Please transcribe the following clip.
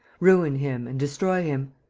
ruin him and destroy him?